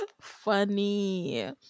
Funny